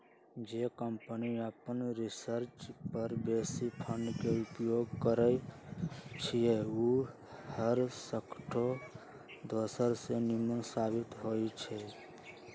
जे कंपनी अप्पन रिसर्च पर बेशी फंड के उपयोग करइ छइ उ हरसठ्ठो दोसर से निम्मन साबित होइ छइ